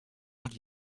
not